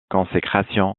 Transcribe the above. consécration